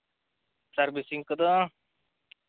servicing ᱠᱚᱫᱚ